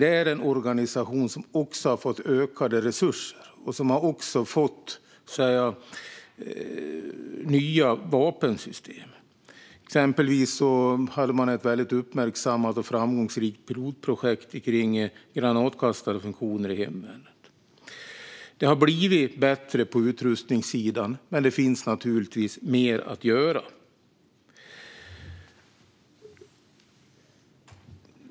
Det är en organisation som också har fått ökade resurser och nya vapensystem. Exempelvis hade man ett väldigt uppmärksammat och framgångsrikt pilotprojekt kring granatkastarfunktioner i hemvärnet. Det har blivit bättre på utrustningssidan, men det finns naturligtvis mer att göra.